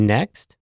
Next